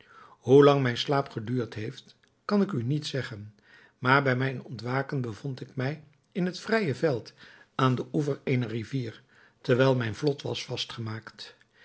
hoe lang mijn slaap geduurd heeft kan ik u niet zeggen maar bij mijn ontwaken bevond ik mij in het vrije veld aan den oever eener rivier terwijl mijn vlot was vastgemaakt